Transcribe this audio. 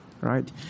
right